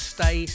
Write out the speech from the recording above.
Stay